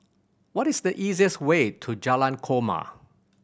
what is the easiest way to Jalan Korma